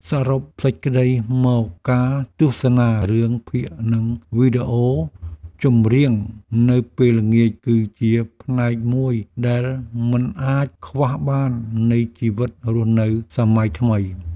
សរុបសេចក្តីមកការទស្សនារឿងភាគនិងវីដេអូចម្រៀងនៅពេលល្ងាចគឺជាផ្នែកមួយដែលមិនអាចខ្វះបាននៃជីវិតរស់នៅសម័យថ្មី។